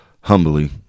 humbly